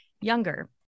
younger